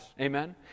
Amen